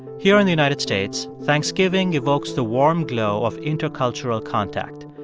here in the united states, thanksgiving evokes the warm glow of intercultural contact.